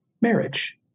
marriage